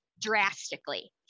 drastically